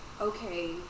okay